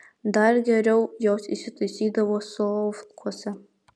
dar geriau jos įsitaisydavo solovkuose